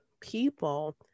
people